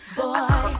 boy